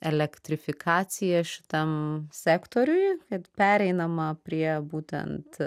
elektrifikacija šitam sektoriui ir pereinama prie būtent